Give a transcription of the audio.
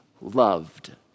loved